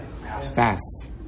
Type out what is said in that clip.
Fast